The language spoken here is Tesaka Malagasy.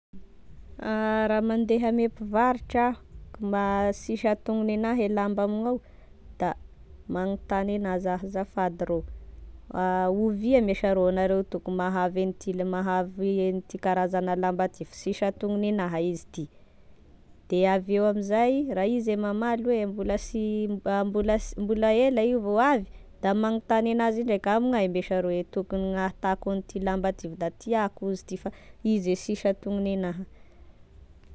Raha mandeha ame mpivarotry aho ka mba sisy antonony enah e lamba amignao da magnotany anazy ah: azafady rô ovia me sharô anareo to koa mahavy an'ity la- mahavy an'ity karazana lamba ty fa sisy antonony anah izy ty, de avy eo amzay raha izy e mamaly hoe mbola sy mbola mbola ela io vao avy, da magnotany enazy ndraika ah amignaia me sharô e tokony ahitako an'ity lamba ty fa da tiàko izy ty fa izy e sisy antonony anah.